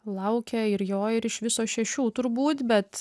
laukia ir jo ir iš viso šešių turbūt bet